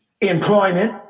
employment